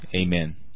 Amen